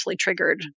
triggered